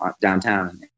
downtown